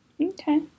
Okay